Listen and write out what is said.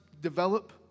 develop